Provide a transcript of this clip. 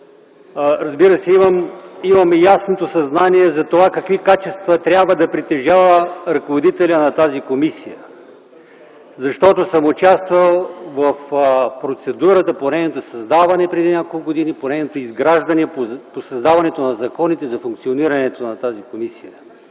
Разбира се, имам и ясното съзнание за това какви качества трябва да притежава ръководителят на тази комисия, защото съм участвал в процедурата по нейното създаване преди няколко години, по нейното изграждане, по създаването на законите за функционирането й. Според